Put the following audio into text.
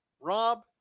Rob